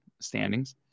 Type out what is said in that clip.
standings